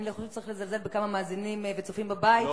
אני לא חושבת שצריך לזלזל בכמה מאזינים וצופים בבית,